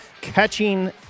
catching